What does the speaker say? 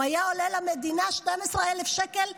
הוא היה עולה למדינה 12,000 שקל בחודש.